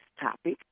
topic